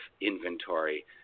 inventory